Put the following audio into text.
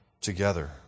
together